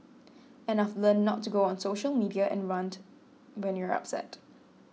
and I've learnt not to go on social media and rant when you're upset